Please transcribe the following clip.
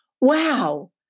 Wow